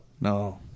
No